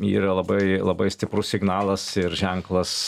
yra labai labai stiprus signalas ir ženklas